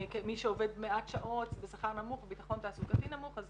מי שעובד מעט שעות בשכר נמוך וביטחון תעסוקתי נמוך אז